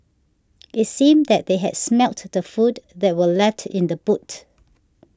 it seemed that they had smelt the food that were left in the boot